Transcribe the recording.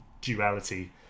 duality